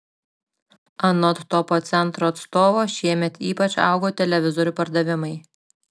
anot topo centro atstovo šiemet ypač augo televizorių pardavimai